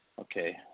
okay